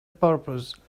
purpose